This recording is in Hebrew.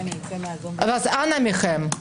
אנא מכם,